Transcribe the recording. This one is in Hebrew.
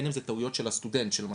הן אם זה טעויות של הסטודנט שלמשל,